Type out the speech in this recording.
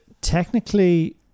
technically